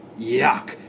yuck